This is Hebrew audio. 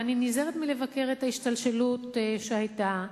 ואני נזהרת מלבקר את ההשתלשלות שהיתה,